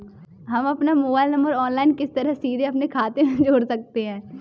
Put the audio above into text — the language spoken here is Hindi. हम अपना मोबाइल नंबर ऑनलाइन किस तरह सीधे अपने खाते में जोड़ सकते हैं?